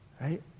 Right